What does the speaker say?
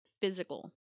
physical